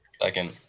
Second